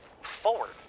forward